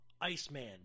Iceman